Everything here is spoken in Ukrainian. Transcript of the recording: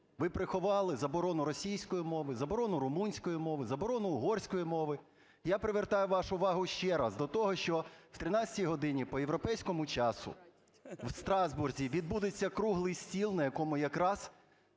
ви приховали заборону російської мови, заборону румунської мови, заборону угорської мови. Я привертаю вашу увагу ще раз до того, що о 13 годині по європейському часу, в Страсбурзі відбудеться круглий стіл, на якому якраз